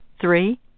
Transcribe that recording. three